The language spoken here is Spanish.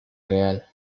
real